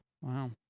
Wow